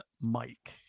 Mike